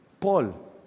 Paul